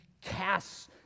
casts